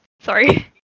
Sorry